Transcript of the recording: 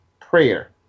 prayer